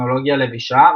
טכנולוגיה לבישה,